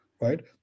Right